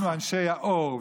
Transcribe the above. אנחנו אנשי האור,